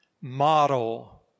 model